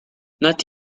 not